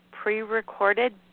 pre-recorded